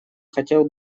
хотел